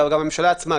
בממשלה עצמה,